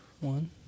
One